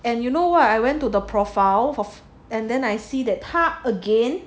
and you know what I went to the profile of and then I see that 他 again